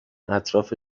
اطراف